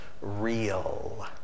real